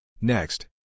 Next